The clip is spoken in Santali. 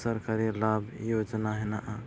ᱥᱚᱨᱠᱟᱨᱤ ᱞᱟᱵᱷ ᱡᱳᱡᱽᱱᱟ ᱦᱮᱱᱟᱜᱼᱟ